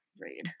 Read